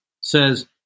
says